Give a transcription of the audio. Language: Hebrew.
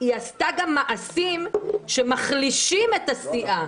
היא עשתה גם מעשים שמחלישים את הסיעה,